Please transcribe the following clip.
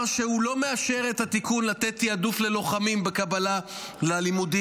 שהוא לא מאשר את התיקון לתת תיעדוף ללוחמים בקבלה ללימודים.